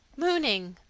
mooning!